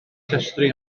llestri